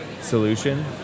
solution